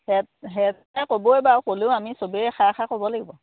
head ছাৰে ক'বই বাৰু হ'লেও বাৰু আমি চবে এষাৰ এষাৰ ক'ব লাগিব